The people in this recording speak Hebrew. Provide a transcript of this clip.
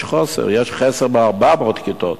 יש חוסר ב-400 כיתות,